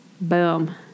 Boom